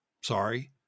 sorry